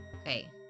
okay